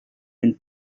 and